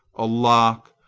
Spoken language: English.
a locke,